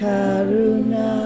Karuna